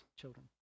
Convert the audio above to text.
children